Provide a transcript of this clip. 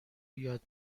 یاد